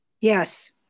Yes